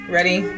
Ready